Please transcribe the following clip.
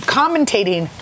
commentating